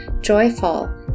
joyful